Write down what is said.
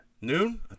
Noon